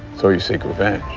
so you seek revenge.